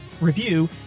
review